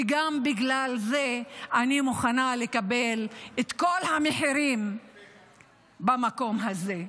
וגם בגלל זה אני מוכנה לקבל את כל המחירים במקום הזה.